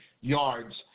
yards